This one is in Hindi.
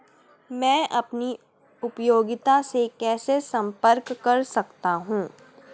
मैं अपनी उपयोगिता से कैसे संपर्क कर सकता हूँ?